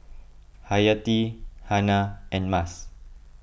Hayati Hana and Mas